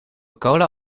cola